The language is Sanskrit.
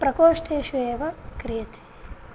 प्रकोष्ठेषु एव क्रियते